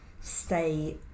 stay